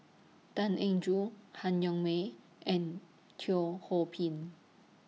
Tan Eng Joo Han Yong May and Teo Ho Pin